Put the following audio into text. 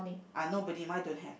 are nobody mine don't have